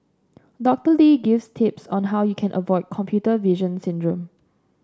Doctor Lee gives tips on how you can avoid computer vision syndrome